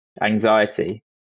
anxiety